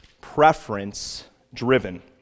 preference-driven